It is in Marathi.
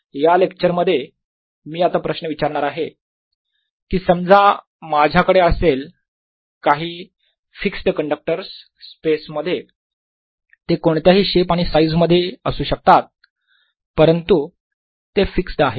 या लेक्चर मध्ये मी आता प्रश्न विचारणार आहे कि समजा माझ्याकडे असेल काही फिक्स्ड कंडक्टर्स स्पेस मध्ये ते कोणत्याही शेप आणि साईज मध्ये असू शकतात परंतु ते फिक्स्ड आहेत